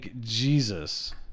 Jesus